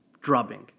drubbing